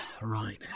Right